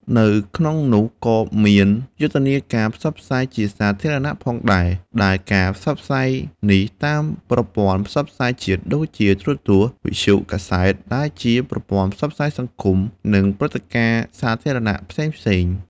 នៅក្នងនោះក៏មានយុទ្ធនាការផ្សព្វផ្សាយជាសាធារណៈផងដែរ ដែលការផ្សព្វផ្សាយនេះតាមប្រព័ន្ធផ្សព្វផ្សាយជាតិ ដូចជា ទូរទស្សន៍ វិទ្យុ កាសែត ដែលជាប្រព័ន្ធផ្សព្វផ្សាយសង្គម និងព្រឹត្តិការណ៍សាធារណៈផ្សេងៗ។